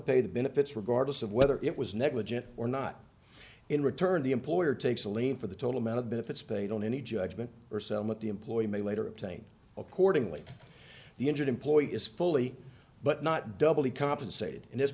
pay the benefits regardless of whether it was negligent or not in return the employer takes a lien for the total amount of benefits paid on any judgement or some of the employee may later obtain accordingly the injured employee is fully but not double be compensated in this